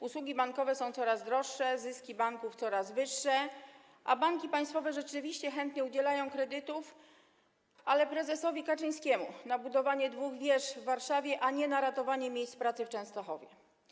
Usługi bankowe są coraz droższe, zyski banków coraz wyższe, a banki państwowe rzeczywiście chętnie udzielają kredytów, ale prezesowi Kaczyńskiemu na budowanie dwóch wież w Warszawie, a nie na ratowanie miejsc pracy w Częstochowie.